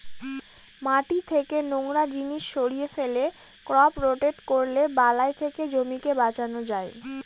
মাটি থেকে নোংরা জিনিস সরিয়ে ফেলে, ক্রপ রোটেট করলে বালাই থেকে জমিকে বাঁচানো যায়